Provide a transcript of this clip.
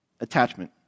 attachment